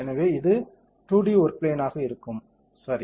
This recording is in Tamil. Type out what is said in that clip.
எனவே இது 2 டி ஒர்க் பிளேன் ஆக இருக்கும் சரி